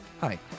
Hi